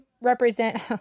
represent